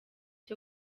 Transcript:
cyo